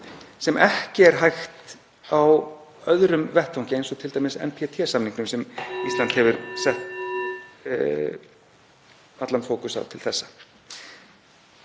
sem ekki er hægt á öðrum vettvangi, eins og t.d. varðandi NPT-samninginn sem Ísland hefur sett allan fókus á til þessa.